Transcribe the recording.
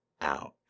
out